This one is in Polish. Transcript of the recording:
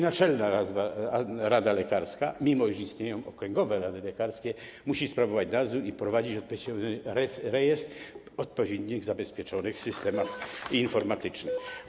Naczelna Rada Lekarska, mimo że istnieją okręgowe rady lekarskie, musi sprawować nadzór i prowadzić rejestr w odpowiednich zabezpieczonych systemach informatycznych.